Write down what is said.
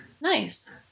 Nice